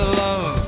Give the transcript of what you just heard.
love